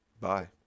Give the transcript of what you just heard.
bye